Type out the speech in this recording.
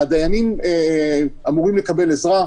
הדיינים אמורים לקבל עזרה.